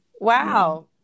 Wow